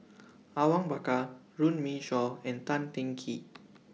Awang Bakar Runme Shaw and Tan Teng Kee